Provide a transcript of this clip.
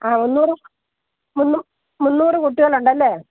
ആ മുന്നൂറ് മുന്നൂറ് കുട്ടികൾ ഉണ്ടല്ലേ